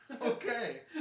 Okay